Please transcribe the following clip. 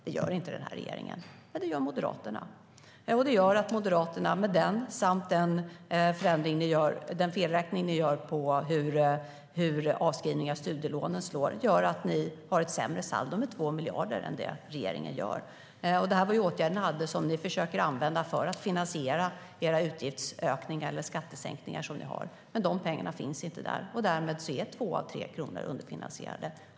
Det gör inte den här regeringen, men det gör Moderaterna. Med den, och med den felräkning ni moderater gör på hur avskrivningen av studielånen slår, får ni ett saldo som är 2 miljarder sämre än regeringens. Detta var åtgärder som ni försökte använda för att finansiera de utgiftsökningar eller skattesänkningar ni har, men de pengarna finns inte. Därmed är två av tre kronor underfinansierade.